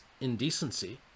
indecency